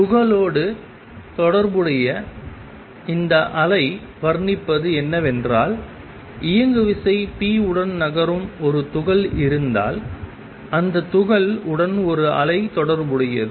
துகளோடு தொடர்புடைய இந்த அலை வர்ணிப்பது என்னவென்றால் இயங்குவிசை p உடன் நகரும் ஒரு துகள் இருந்தால் அந்த துகள் உடன் ஒரு அலை தொடர்புடையது